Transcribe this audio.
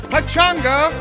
Pachanga